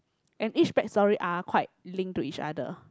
and each back story are quite link to each other